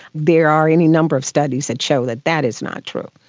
there are any number of studies that show that that is not true.